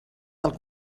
del